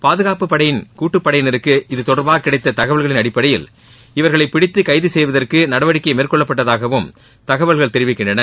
பாதுகாப்பு படையின் கூட்டுப்படையினருக்கு இதுதொடர்பாக கிடைத்த தகவல்களின் அடிப்படையில் இவர்களை தேடிப்பிடித்து கைது செய்வற்கு நடவடிக்கை மேற்கொள்ளப்பட்டதாகவும் தகவல்கள் தெரிவிக்கின்றது